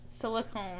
Silicone